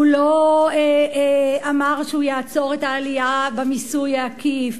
הוא לא אמר שהוא יעצור את העלייה במיסוי העקיף,